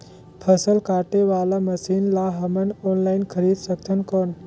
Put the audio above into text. फसल काटे वाला मशीन ला हमन ऑनलाइन खरीद सकथन कौन?